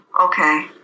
okay